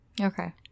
Okay